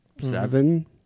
Seven